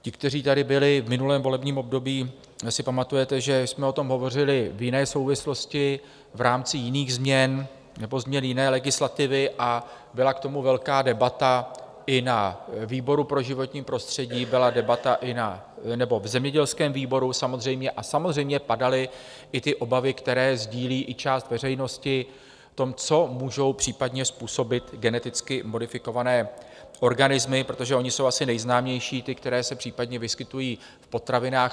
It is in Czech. Ti, kteří tady byli v minulém volebním období, vy si pamatujete, že jsme o tom hovořili v jiné souvislosti, v rámci jiných změn nebo změn jiné legislativy, a byla k tomu velká debata i na výboru pro životní prostředí, byla debata i v zemědělském výboru a samozřejmě padaly i obavy, které sdílí i část veřejnosti v tom, co můžou případně způsobit geneticky modifikované organismy, protože ony jsou asi nejznámější ty, které se případně vyskytují v potravinách.